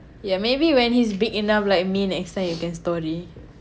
yeah maybe when he's big enough like me next time you can story